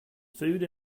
food